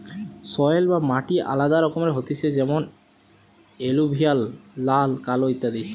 soil বা মাটি আলাদা রকমের হতিছে যেমন এলুভিয়াল, লাল, কালো ইত্যাদি